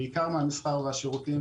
בעיקר מהמסחר והשירותים,